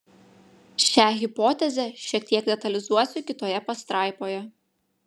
šią hipotezę šiek tiek detalizuosiu kitoje pastraipoje